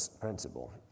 principle